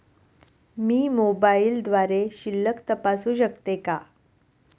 मी मोबाइलद्वारे शिल्लक तपासू शकते का?